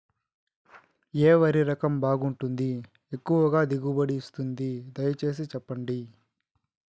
ఏ వరి రకం బాగుంటుంది, ఎక్కువగా దిగుబడి ఇస్తుంది దయసేసి చెప్పండి?